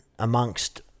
amongst